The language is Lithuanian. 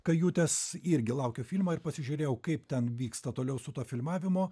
kajutės irgi laukia filmo ir pasižiūrėjau kaip ten vyksta toliau su tuo filmavimu